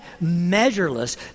measureless